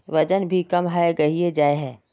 वजन भी कम है गहिये जाय है?